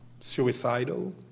suicidal